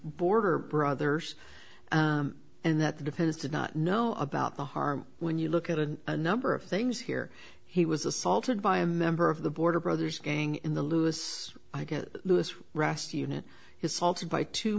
border brothers and that the defense did not know about the harm when you look at a number of things here he was assaulted by a member of the border brothers gang in the lewis i get the rest unit is solved by two